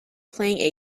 play